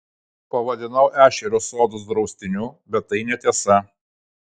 pavadinau ešerio sodus draustiniu bet tai netiesa